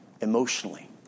emotionally